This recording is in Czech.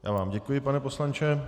Já vám děkuji, pane poslanče.